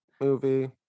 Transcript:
movie